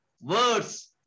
words